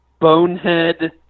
bonehead